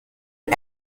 one